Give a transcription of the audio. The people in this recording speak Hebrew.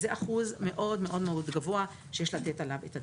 זה אחוז מאוד מאוד גבוה שיש לתת עליו את הדעת.